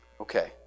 Okay